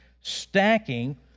stacking